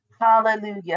hallelujah